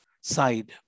side